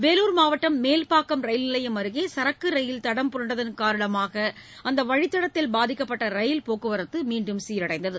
வேலூர் மாவட்டம் மேல்பாக்கம் ரயில் நிலையம் அருகே சரக்கு ரயில் தடம் புரண்டதன் காரணமாக அந்த வழித்தடத்தில் பாதிக்கப்பட்ட ரயில் போக்குவரத்து மீண்டும் சீரடைந்தது